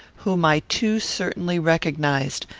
whom i too certainly recognised.